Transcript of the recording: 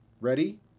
Ready